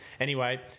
Anyway-